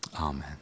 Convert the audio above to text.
Amen